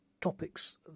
topics